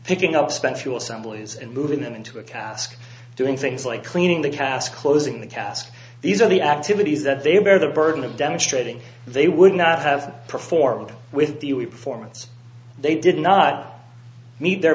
picking up spent fuel some blues and moving them into a cask doing things like cleaning the cas closing the cast these are the activities that they bear the burden of demonstrating they would not have performed with the u a e performance they did not meet their